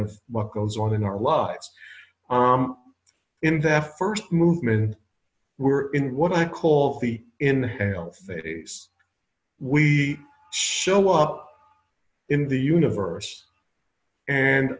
of what goes on in our lives in that first movement we're in what i call the in face we show up in the universe and